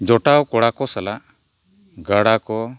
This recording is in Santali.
ᱡᱚᱴᱟᱣ ᱠᱚᱲᱟ ᱠᱚ ᱥᱟᱞᱟᱜ ᱜᱟᱰᱟ ᱠᱚ